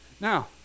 Now